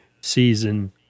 season